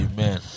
Amen